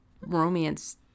romance